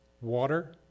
water